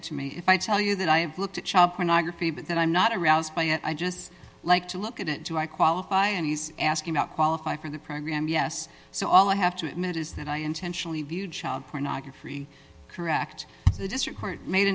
it to me if i tell you that i have looked at child pornography but that i'm not a realist by it i just like to look at it do i qualify and he's asking about qualify for the program yes so all i have to admit is that i intentionally view child pornography correct the district court made